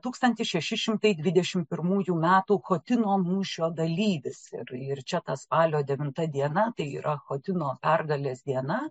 tūkstantis šeši šimtai dvidešimt pirmųjų metų chotino mūšio dalyvis ir čia tą spalio devinta diena tai yra chotino pergalės diena